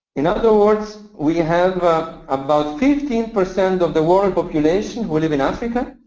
in other words, we have about fifteen percent of the world population who live in africa,